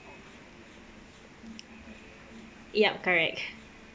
yup correct